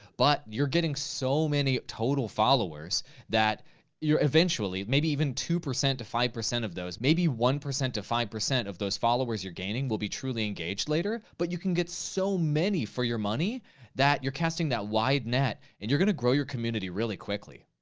but you're getting so many total followers that you're eventually, maybe even two percent to five percent of those, maybe one percent to five percent of those followers you're gaining will be truly engaged later. but you can get so many for your money that you're casting that wide net and you're gonna grow your community really quickly.